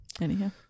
Anyhow